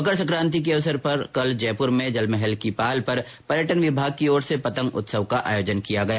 maker Sankranti के अवसर पर कल जयप्र में जलमहल की पाल पर पर्यटन विभाग की ओर से पतंग उत्सव का आयोजन किया गया ै